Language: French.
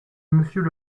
monsieur